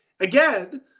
Again